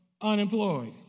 unemployed